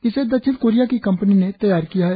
इसे दक्षिण कोरिया की कंपनी ने तैयार किया है